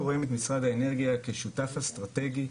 רואים את משרד האנרגיה כשותף אסטרטגי,